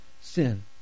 sin